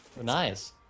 Nice